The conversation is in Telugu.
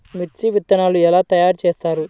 మిర్చి విత్తనాలు ఎలా తయారు చేస్తారు?